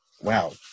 Wow